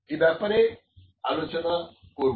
এ ব্যাপারে আলোচনা করব